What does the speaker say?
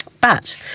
But